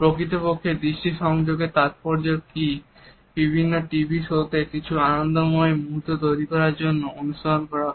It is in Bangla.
প্রকৃতপক্ষে দৃষ্টি সংযোগের তাৎপর্য কি বিভিন্ন টিভি শোতে কিছু আনন্দময় মুহূর্ত তৈরি করার জন্য অনুসরণ করা হয়